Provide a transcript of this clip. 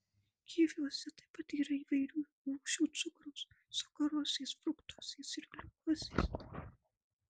kiviuose taip pat yra įvairių rūšių cukraus sacharozės fruktozės ir gliukozės